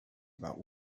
about